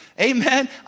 Amen